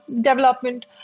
development